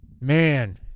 Man